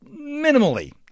minimally